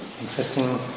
interesting